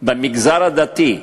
במגזר הדתי,